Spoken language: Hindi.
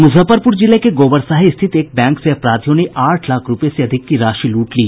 मुजफ्फरपूर जिले के गोबरसाही स्थित एक बैंक से अपराधियों ने आठ लाख रूपये से अधिक की राशि लूट ली